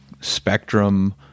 spectrum